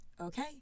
Okay